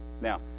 Now